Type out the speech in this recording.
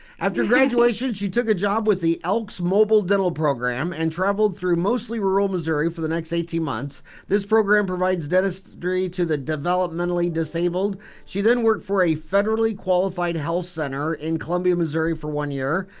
after graduation she took a job with the elks mobile dental program and traveled through mostly rural missouri for the next eighteen months this program provides dentistry to the developmentally disabled she then worked for a federally qualified health center in columbia missouri for one year.